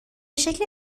شکل